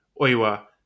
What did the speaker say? Oiwa